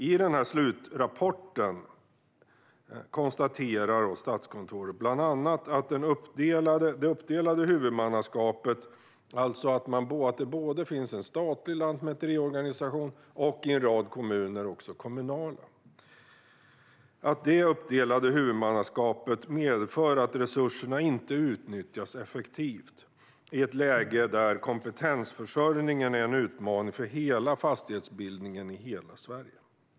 I slutrapporten konstaterar Statskontoret bland annat att det uppdelade huvudmannaskapet - att det finns både en statlig lantmäteriorganisation och i en rad kommuner kommunala sådana - medför att resurserna inte utnyttjas effektivt i ett läge där kompetensförsörjningen är en utmaning för hela fastighetsbildningen i hela Sverige.